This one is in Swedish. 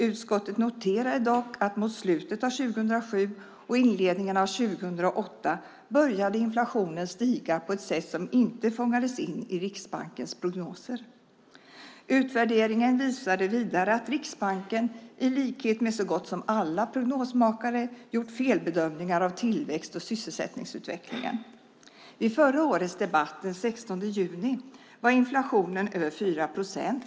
Utskottet noterade dock att mot slutet av 2007 och inledningen av 2008 började inflationen stiga på ett sätt som inte fångades in i Riksbankens prognoser. Utvärderingen visade vidare att Riksbanken, i likhet med så gott som alla prognosmakare, gjort felbedömningar av tillväxt och sysselsättningsutvecklingen. Vid förra årets debatt, den 16 juni, var inflationen över 4 procent.